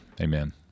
Amen